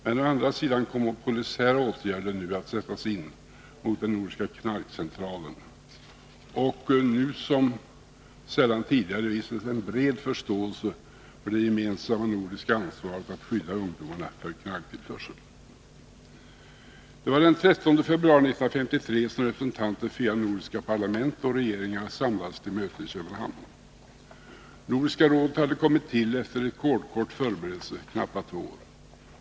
Men å andra sidan kommer polisiära åtgärder nu att sättas in mot den nordiska knarkcentralen. Och nu visades som sällan tidigare en bred förståelse för det gemensamma nordiska ansvaret att skydda ungdomarna från knarktillförsel. Det var den 13 februari 1953 som representanter för fyra nordiska parlament och regeringar samlades till möte i Köpenhamn. Nordiska rådet hade kommit till efter en rekordkort förberedelse, knappa två år.